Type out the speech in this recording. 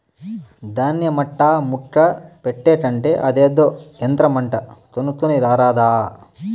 దాన్య మట్టా ముక్క పెట్టే కంటే అదేదో యంత్రమంట కొనుక్కోని రారాదా